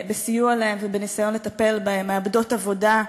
בסיוע להם, ובניסיון לטפל בהם מאבדות עבודה,